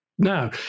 Now